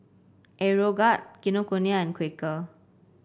Aeroguard Kinokuniya and Quaker